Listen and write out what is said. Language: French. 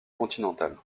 continentale